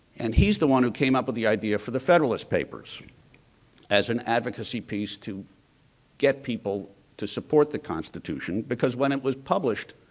and he's the one who came up with the idea for the federalist papers as an advocacy piece to get people to support the constitution. because when it was published,